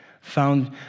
found